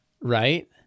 right